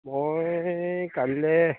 মই কালিলৈ